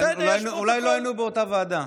אולי לא היינו באותה ועדה.